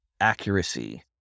accuracy